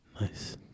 nice